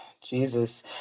Jesus